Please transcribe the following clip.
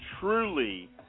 truly